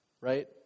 right